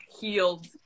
healed